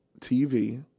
TV